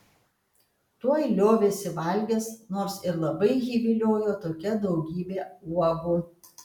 tuoj liovėsi valgęs nors ir labai jį viliojo tokia daugybė uogų